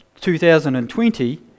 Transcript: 2020